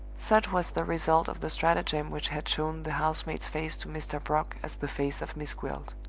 such was the result of the stratagem which had shown the housemaid's face to mr. brock as the face of miss gwilt.